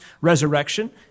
resurrection